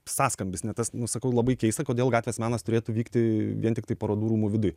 sąskambis ne tas nu sakau labai keista kodėl gatvės menas turėtų vykti vien tiktai parodų rūmų viduj